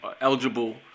eligible